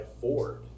Ford